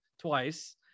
twice